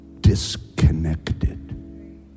disconnected